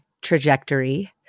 trajectory